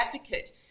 advocate